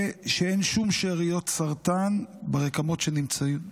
שאין שום שאריות סרטן ברקמות שנמצאות מסביב.